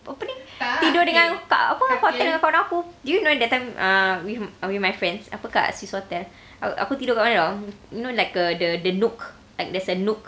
apa ni tidur dengan apa ni kawan aku do you know that time uh wit~ with my friends apa kat swiss hotel aku tidur kat mana [tau] you know like the the nook like there's a nook